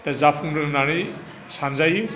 जाफुंनो होननानै सानजायो